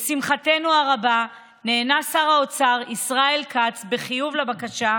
לשמחתנו הרבה נענה שר האוצר ישראל כץ בחיוב לבקשה,